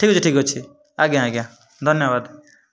ଠିକ୍ ଅଛି ଠିକ୍ ଅଛି ଆଜ୍ଞା ଆଜ୍ଞା ଧନ୍ୟବାଦ